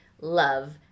love